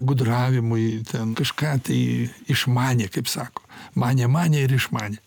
gudravimui ten kažką tai išmanė kaip sako manė manė ir išmanė